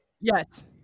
Yes